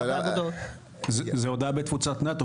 זה הודעה בתפוצת נאט"ו,